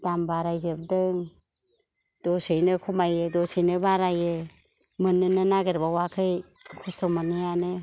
दाम बारायजोबदों दसेनो खमायो दसेनो बारायो मोननोनो नागिरबावाखै खस्थ' मोननायानो